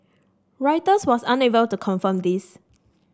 Reuters was unable to confirm this